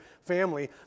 family